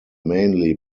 mainly